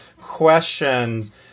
questions